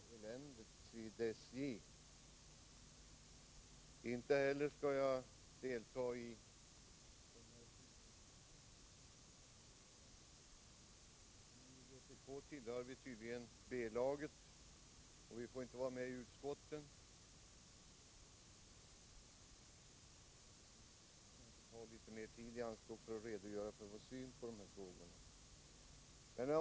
Herr talman! Jag skall inte försöka att tävla med handelskammaren eller andra då det gäller att beskriva eländet vid SJ. Jag skall inte heller delta i den fotbollsmatch som man av allt att döma har börjat här. Vpk tillhör tydligen B-laget — vi får inte vara med i utskotten. Därför måste vi ta litet mer tid i anspråk för att redogöra för vår syn på dessa frågor.